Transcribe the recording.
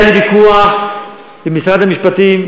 ועל זה היה לי ויכוח עם משרד המשפטים,